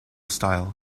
style